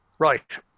Right